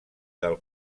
del